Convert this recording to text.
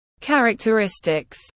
characteristics